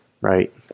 right